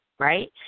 right